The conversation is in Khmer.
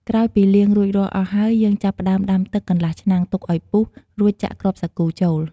ក្រោយពេលលាងរួចរាល់អស់ហើយ យើងចាប់ផ្ដើមដាំទឹកកន្លះឆ្នាំង ទុកឱ្យពុះ រួចចាក់គ្រាប់សាគូចូល។